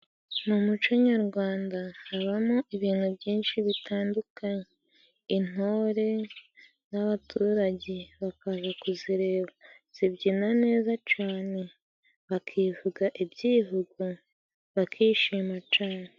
Mu muco nyarwanda habamo ibintu byinshi bitandukanye, intore n'abaturage bakaza kuzireba zibyina neza cane, bakivuga ibyivugo bakishima cane.